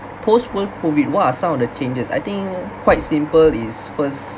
post world COVID what are some of the changes I think quite simple is first